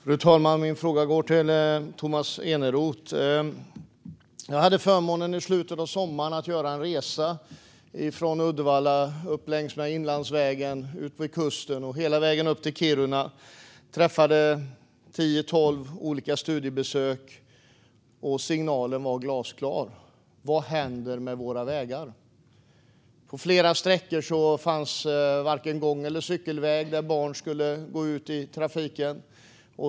Fru talman! Min fråga går till Tomas Eneroth. Jag hade i slutet av sommaren förmånen att göra en resa från Uddevalla, längs med Inlandsvägen och utmed kusten ända upp till Kiruna. Jag gjorde tio, tolv olika studiebesök. Signalen var glasklar. Vad händer med våra vägar? På flera sträckor, där barn skulle gå ut i trafiken, fanns varken gångväg eller cykelväg.